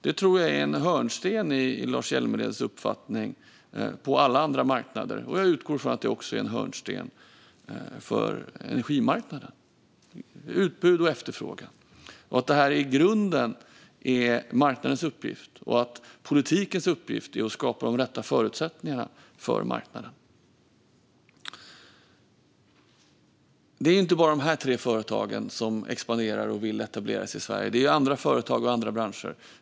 Det tror jag är en hörnsten i Lars Hjälmereds uppfattning om alla andra marknader. Jag utgår från att det också är en hörnsten för energimarknaden. Det handlar om utbud och efterfrågan. Det är i grunden marknadens uppgift. Politikens uppgift är att skapa de rätta förutsättningarna för marknaden. Det är inte bara dessa tre företag som expanderar och vill etablera sig i Sverige. Det är också andra företag och andra branscher.